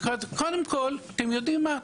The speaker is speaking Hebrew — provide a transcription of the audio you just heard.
קודם כל אתם יודעים מה?